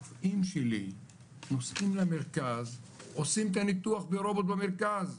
נוסעים למרכז עושים את הניתוח ברובוט במרכז,